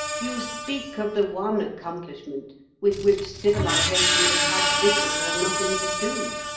you speak of the one accomplishment with which civilisation has had little or nothing to do,